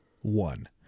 one